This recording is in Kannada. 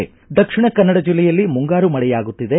ದಕ್ಷಿಣ ಕನ್ನಡ ಜಿಲ್ಲೆಯಲ್ಲಿ ಮುಂಗಾರು ಮಳೆಯಾಗುತ್ತಿದೆ